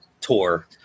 tour